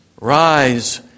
Rise